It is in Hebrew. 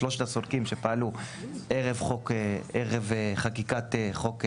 שלושת הסולקים שפעלו ערב חקיקת חוק שטרום,